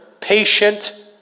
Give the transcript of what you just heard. patient